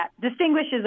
distinguishes